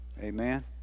Amen